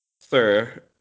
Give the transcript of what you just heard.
sir